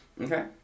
Okay